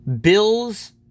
Bills